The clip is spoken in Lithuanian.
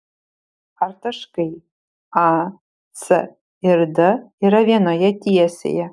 ar taškai a c ir d yra vienoje tiesėje